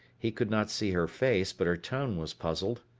he could not see her face but her tone was puzzled.